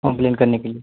complain करने के लिए